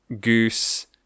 goose